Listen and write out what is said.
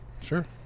sure